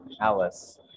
alice